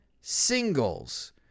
singles